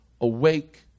Awake